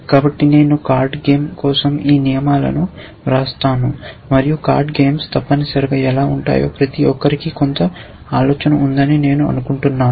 కాబట్టి నేను card game కోసం ఈ నియమాలను వ్రాస్తాను మరియు కార్డ్ గేమ్స్ తప్పనిసరిగా ఎలా ఉంటాయో ప్రతి ఒక్కరికీ కొంత ఆలోచన ఉందని నేను అనుకుంటాను